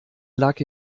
lag